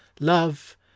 love